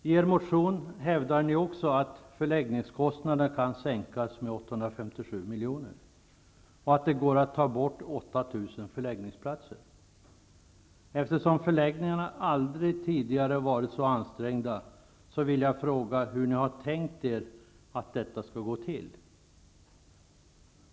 I er motion hävdar ni också att förläggningskostnaderna kan sänkas med 857 miljoner och att det går att ta bort 8 000 förläggningsplatser. Eftersom förläggningarna aldrig tidigare varit så ansträngda vill jag fråga hur ni har tänkt er att detta skall gå till.